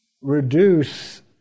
reduce